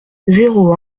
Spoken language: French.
zéro